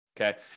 Okay